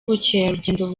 ubukerarugendo